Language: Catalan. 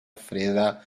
freda